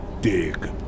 Dig